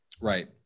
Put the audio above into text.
Right